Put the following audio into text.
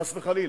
חס וחלילה,